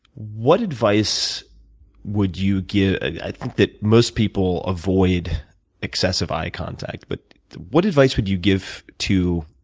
what advice would you give i think that most people avoid excessive eye contact but what advice would you give to